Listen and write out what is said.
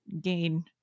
gain